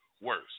worse